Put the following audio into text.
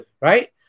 Right